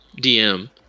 DM